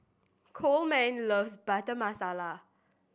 Coleman loves Butter Masala